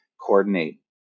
coordinate